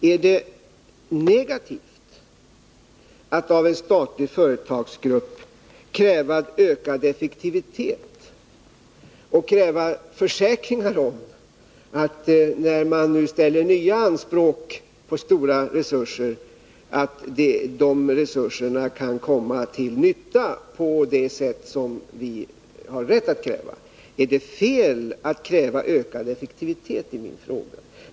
Är det negativt att av en statlig företagsgrupp kräva ökad effektivitet och försäkringar om att de stora resurser man återigen ställer anspråk på kan komma till nytta på det sätt vi har rätt att begära? Är det fel att kräva ökad effektivitet, det är min fråga.